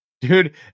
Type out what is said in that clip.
Dude